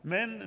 Men